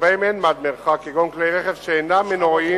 שאין בהם מד מרחק, כגון כלי רכב שאינם מנועיים,